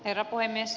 herra puhemies